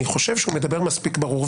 אני חושב שהוא מדבר מספיק ברור.